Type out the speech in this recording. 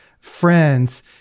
friends